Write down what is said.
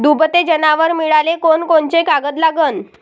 दुभते जनावरं मिळाले कोनकोनचे कागद लागन?